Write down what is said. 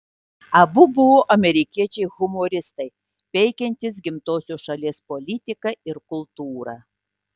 abu buvo amerikiečiai humoristai peikiantys gimtosios šalies politiką ir kultūrą